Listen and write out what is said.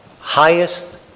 highest